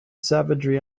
savagery